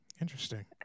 interesting